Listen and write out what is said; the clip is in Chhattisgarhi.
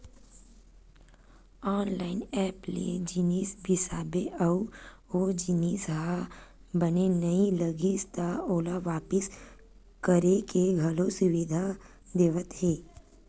ऑनलाइन ऐप ले जिनिस बिसाबे अउ ओ जिनिस ह बने नइ लागिस त ओला वापिस करे के घलो सुबिधा देवत हे